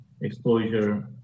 exposure